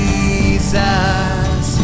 Jesus